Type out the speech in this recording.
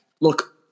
look